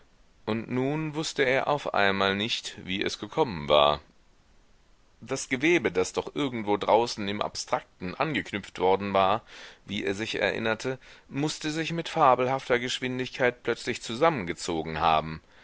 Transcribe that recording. und nun wußte er auf einmal nicht wie es gekommen war das gewebe das doch irgendwo draußen im abstrakten angeknüpft worden war wie er sich erinnerte mußte sich mit fabelhafter geschwindigkeit plötzlich zusammengezogen haben